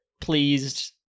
pleased